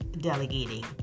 delegating